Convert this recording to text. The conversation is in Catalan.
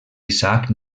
isaac